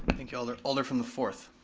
thank you alder. alder from the fourth.